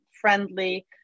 friendly